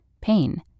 Pain